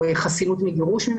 חסינות מגירוש.